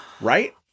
Right